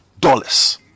dollars